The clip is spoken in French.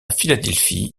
philadelphie